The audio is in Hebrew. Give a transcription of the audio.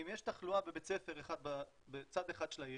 אם יש תחלואה בבית ספר אחד בצד אחד של העיר,